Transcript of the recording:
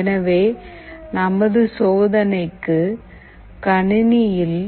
எனவே நமது சோதனைக்கு கணினியில்